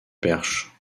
perche